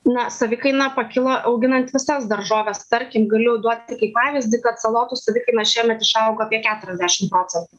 na savikaina pakilo auginant visas daržoves tarkim galiu duoti kaip pavyzdį kad salotų savikaina šiemet išaugo apie keturiasdešim procentų